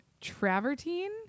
Travertine